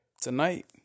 tonight